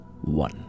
one